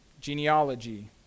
genealogy